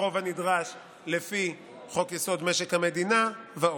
ברוב הנדרש לפי חוק-יסוד: משק המדינה ועוד.